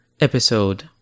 episode